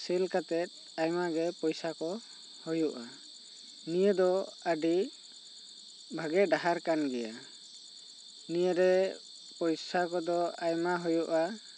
ᱥᱮᱞ ᱠᱟᱛᱮᱜ ᱟᱭᱢᱟ ᱜᱮ ᱯᱚᱭᱥᱟ ᱠᱚ ᱦᱩᱭᱩᱜᱼᱟ ᱱᱤᱭᱟᱹ ᱫᱚ ᱟᱹᱰᱤ ᱵᱷᱟᱜᱮ ᱰᱟᱦᱟᱨ ᱠᱟᱱ ᱜᱮᱭᱟ ᱱᱤᱭᱟᱹᱨᱮ ᱯᱚᱭᱥᱟ ᱠᱚ ᱫᱚ ᱟᱭᱢᱟ ᱦᱩᱭᱩᱜᱼᱟ